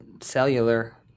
cellular